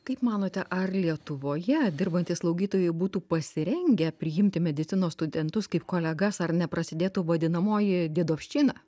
kaip manote ar lietuvoje dirbantys slaugytojai būtų pasirengę priimti medicinos studentus kaip kolegas ar neprasidėtų vadinamoji diedovščina